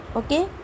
okay